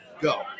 go